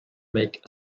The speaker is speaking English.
make